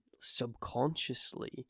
subconsciously